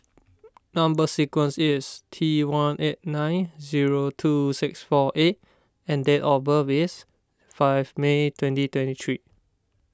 Number Sequence is T one eight nine zero two six four A and date of birth is five May twenty twenty three